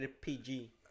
PG